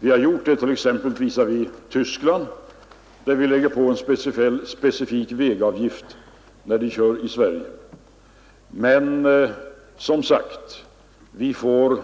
Vi har gjort det t.ex. visavi Tyskland genom att ta ut en speciell dagavgift av tyska fordon som kör i Sverige. Men, som sagt, vi får